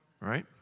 right